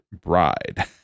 bride